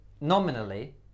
nominally